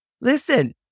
listen